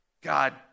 God